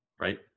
Right